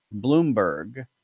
Bloomberg